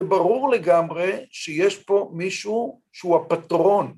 ברור לגמרי שיש פה מישהו שהוא הפטרון.